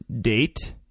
date